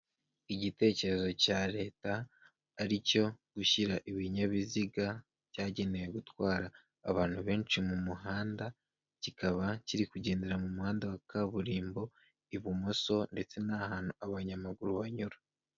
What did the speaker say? Igitekerezo cya leta ari cyo gushyira ibinyabiziga byagenewe gutwara abantu benshi mu muhanda, kikaba kiri kugendera mu muhanda wa kaburimbo ibumoso ndetse n'ahantu abanyamaguru banyura.